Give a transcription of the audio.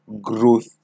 growth